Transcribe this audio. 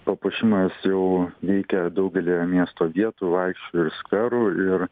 papuošimas jau veikia daugelyje miesto vietų aikščių ir skverų ir